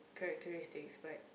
characteristics but